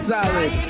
Solid